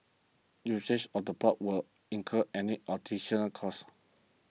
usage of the ports will incur any additional cost